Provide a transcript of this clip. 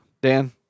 Dan